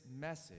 message